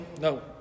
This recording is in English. No